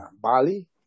Bali